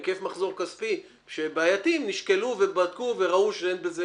היקף מחזור כספי שהם בעייתיים נשקלו ובדקו וראו שאין בזה